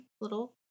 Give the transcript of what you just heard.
little